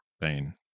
pain